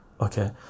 okay